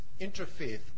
interfaith